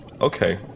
Okay